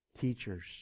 teachers